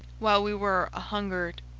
while we were a-hungered.